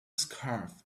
scarf